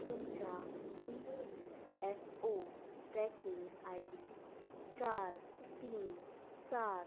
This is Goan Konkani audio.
तुमच्या E P F O tracking I D चार तीन सात